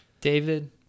David